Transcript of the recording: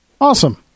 Awesome